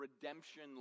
Redemption